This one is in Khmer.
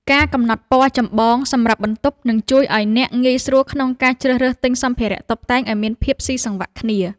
ការកំណត់ពណ៌ចម្បងសម្រាប់បន្ទប់ នឹងជួយឱ្យអ្នកងាយស្រួលក្នុងការជ្រើសរើសទិញសម្ភារៈតុបតែងឱ្យមានភាពស៊ីសង្វាក់គ្នា។